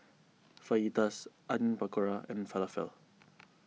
Fajitas Onion Pakora and Falafel